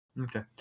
Okay